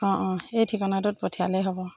অঁ অঁ এই ঠিকনাটোত পঠিয়ালেই হ'ব